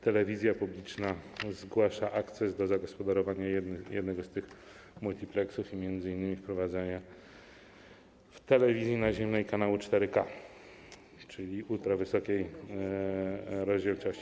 Telewizja publiczna zgłasza akces do zagospodarowania jednego z tych multipleksów i m.in. wprowadzania w telewizji naziemnej kanału 4K, czyli ultrawysokiej rozdzielczości.